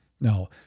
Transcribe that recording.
Now